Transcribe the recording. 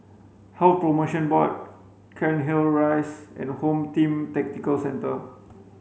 Health Promotion Board Cairnhill Rise and Home Team Tactical Centre